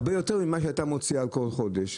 הרבה יותר ממה שהיא הייתה מוציאה כל חודש.